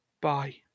Bye